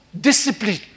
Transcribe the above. discipline